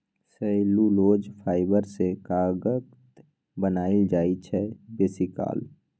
cellulose fibre सँ कागत बनाएल जाइ छै बेसीकाल